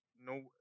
no